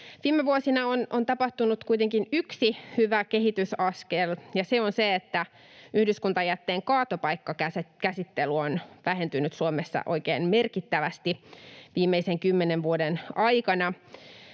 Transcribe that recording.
Viime vuosina on tapahtunut kuitenkin yksi hyvä kehitysaskel, ja se on se, että yhdyskuntajätteen kaatopaikkakäsittely on vähentynyt Suomessa oikein merkittävästi viimeisen kymmenen vuoden aikana.